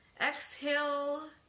exhale